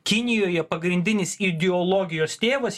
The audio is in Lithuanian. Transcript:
kinijoje pagrindinis ideologijos tėvas